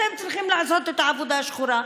אתם צריכים לעשות את העבודה השחורה.